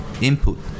input